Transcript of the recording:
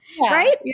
right